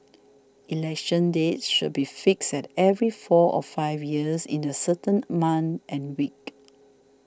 election dates should be fixed at every four or five years in a certain month and week